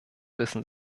wissen